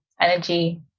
energy